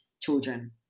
children